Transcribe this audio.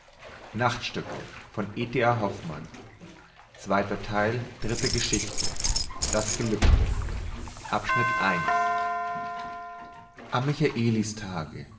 das gelübde am michaelistage